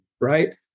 right